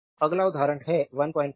तो अगला उदाहरण है 14